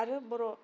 आरो बर'